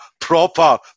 proper